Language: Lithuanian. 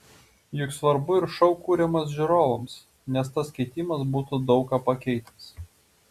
juk svarbu ir šou kuriamas žiūrovams nes tas keitimas būtų daug ką pakeitęs